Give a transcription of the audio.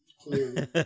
Clearly